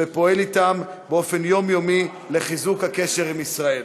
ופועל אתם באופן יומיומי לחיזוק הקשר עם ישראל.